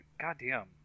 goddamn